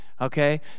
okay